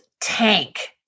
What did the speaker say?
tank